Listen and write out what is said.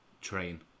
train